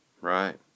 Right